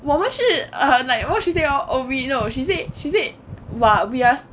我们是 like err what she say oh wait no she said she said while we are